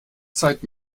zeit